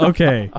Okay